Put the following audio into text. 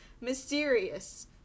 Mysterious